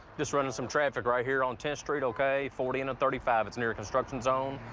just running some traffic right here on tenth street, ok? forty in a thirty five. it's near a construction zone.